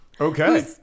okay